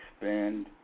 expand